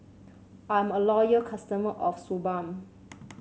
I am a loyal customer of Suu Balm